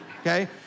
okay